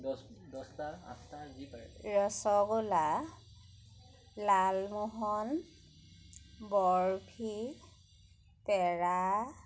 দহ দহটা আঠটা যি পাৰে ৰসগোলা লালমোহন বৰফি পেৰা